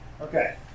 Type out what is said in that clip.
Okay